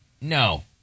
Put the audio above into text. No